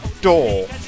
door